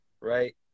right